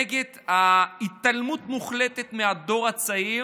נגד ההתעלמות המוחלטת מהדור הצעיר,